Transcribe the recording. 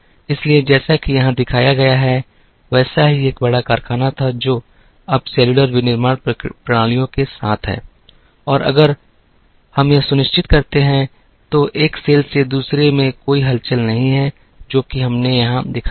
इसलिए जैसा कि यहां दिखाया गया है वैसा ही एक बड़ा कारखाना था जो अब सेलुलर विनिर्माण प्रणालियों के साथ है और अगर हम यह सुनिश्चित करते हैं तो एक सेल से दूसरे में कोई हलचल नहीं है जो कि हमने यहां दिखाया है